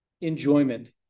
enjoyment